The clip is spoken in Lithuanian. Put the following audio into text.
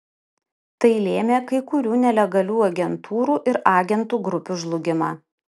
tai lėmė kai kurių nelegalių agentūrų ir agentų grupių žlugimą